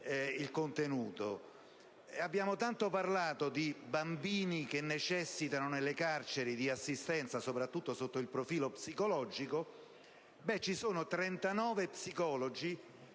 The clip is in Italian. Dal momento che abbiamo tanto parlato di bambini che necessitano nelle carceri di assistenza, soprattutto sotto il profilo psicologico, ricordo che ci sono 39 psicologi